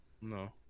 No